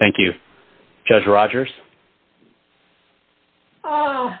thank you judge rogers oh